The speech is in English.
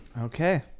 Okay